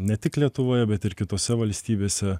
ne tik lietuvoje bet ir kitose valstybėse